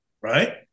right